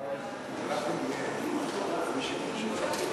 חוק לפיקוח על איכות המזון ולתזונה